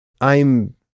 I'm—